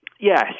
Yes